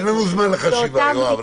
אין לנו זמן לחשיבה, יואב.